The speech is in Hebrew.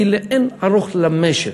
היא לאין ערוך למשק.